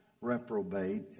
reprobate